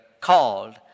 called